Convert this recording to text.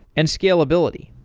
and scalability.